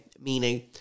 Meaning